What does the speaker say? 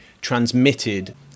transmitted